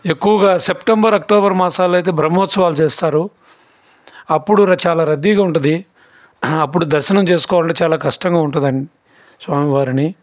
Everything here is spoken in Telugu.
ఎక్కువగా సెప్టెంబర్ అక్టోబర్ మాసాలలో అయితే బ్రహ్మోత్సవాలు చేస్తారు అప్పుడు కూడా చాలా రద్దీగంటది అప్పుడు దర్శనం చేసుకోవాలంటే చాలా కష్టంగా ఉంటుందండి స్వామివారిని